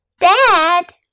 Dad